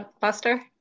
buster